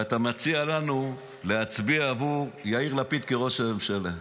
ואתה מציע לנו להצביע עבור יאיר לפיד כראש הממשלה,